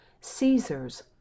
Caesar's